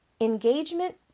Engagement